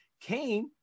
came